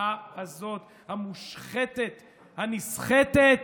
הרעה הזאת, המושחתת הנסחטת?